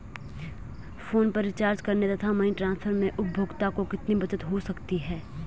Phone पर recharge करने तथा मनी ट्रांसफर में उपभोक्ता को कितनी बचत हो सकती है?